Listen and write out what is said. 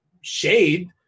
shade